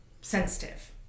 Sensitive